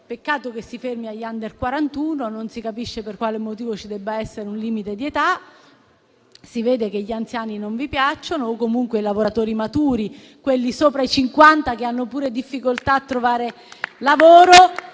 Peccato che si fermi agli *under* 41: non si capisce per quale motivo ci debba essere un limite di età; si vede che gli anziani non vi piacciono o comunque non vi piacciono i lavoratori maturi, quelli sopra i cinquanta, che hanno pure difficoltà a trovare lavoro